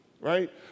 right